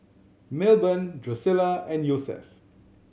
Milburn Drusilla and Josef